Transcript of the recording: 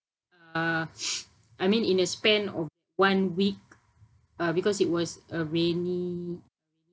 uh I mean in a span of one week uh because it was a rainy